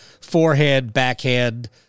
forehand-backhand